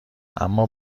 اما